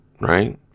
Right